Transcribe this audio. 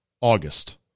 August